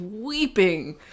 weeping